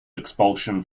expulsion